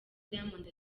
diamond